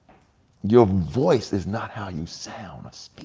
your voice is not how you sound